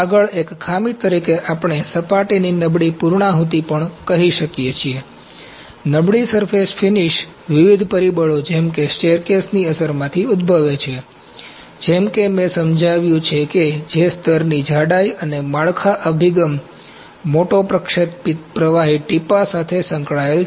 આગળ એક ખામી તરીકે આપણે સપાટીની નબળી પૂર્ણાહુતિ પણ કહી શકીએ નબળીસરફેસ ફિનિશ વિવિધ પરિબળો જેમ કે સ્ટેરકેસની અસરમાંથી ઉદ્દભવે છે જેમ કે મેં સમજાવ્યું છે કે જે સ્તરની જાડાઈ અને માળખા અભિગમ મોટો પ્રક્ષેપિત પ્રવાહી ટીપાં સાથે સંકળાયેલ છે